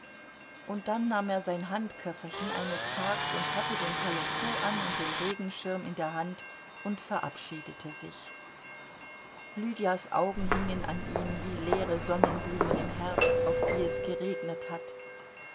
und dann nahm er sein handköfferchen eines tags und hatte den paletot an und den regenschirm in der hand und verabschiedete sich lydias augen hingen an ihm wie leere sonnenblumen im herbst auf die es geregnet hat